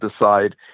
decide